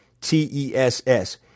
T-E-S-S